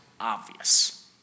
obvious